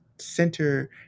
center